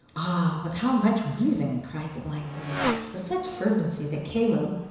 ah! with how much reason! cried the blind girl. with such fervency, that caleb,